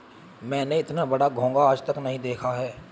मैंने इतना बड़ा घोंघा आज तक नही देखा है